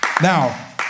Now